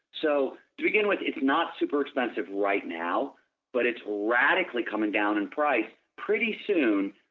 so, to begin with it's not super expensive right now but it's radically coming down in price pretty soon.